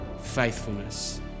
faithfulness